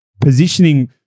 positioning